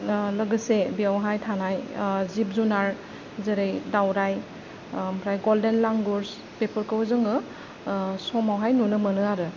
लोगोसे बेयावहाय थानाय जिब जुनार जेरै दावराय ओमफ्राय गल्देन लांगुर्स बेफोरखौ जोङो समावहाय नुनो मोनो आरो